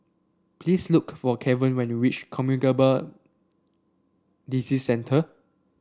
please look for Keven when you reach Communicable Disease Centre